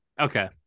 Okay